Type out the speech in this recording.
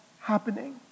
happening